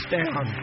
down